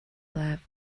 flap